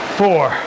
four